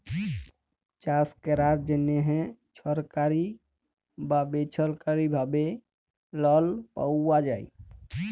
চাষ ক্যরার জ্যনহে ছরকারি বা বেছরকারি ভাবে লল পাউয়া যায়